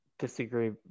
disagree